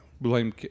Blame